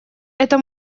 это